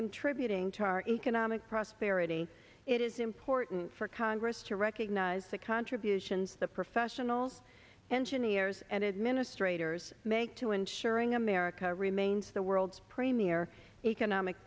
contributing to our economic prosperity it is important for congress to recognize the contributions the professionals engineers and administrators make to ensuring america remains the world's premier economic